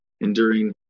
enduring